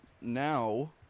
now